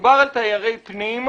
כשמדובר על תיירי פנים,